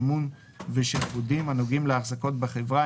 מימון ושעבודים הנוגעים להחזקות בחברה,